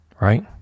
Right